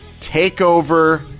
TakeOver